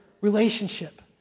relationship